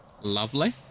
lovely